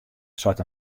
seit